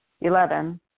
Eleven